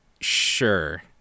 sure